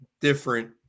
different